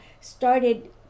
started